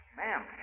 ma'am